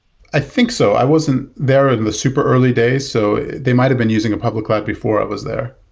i think so. i wasn't there in the super early days. so they might've been using a public cloud before i was there.